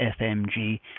FMG